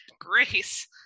grace